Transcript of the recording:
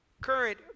current